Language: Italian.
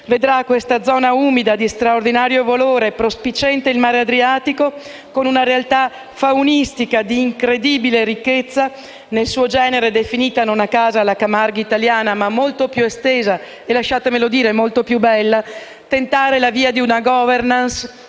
vedrà questa zona umida, di straordinario valore, prospiciente il mare Adriatico e con una realtà faunistica di incredibile ricchezza nel suo genere - definita, non a caso, la Camargue italiana, ma molto più estesa e, lasciatemelo dire, molto più bella - tentare la via di una governance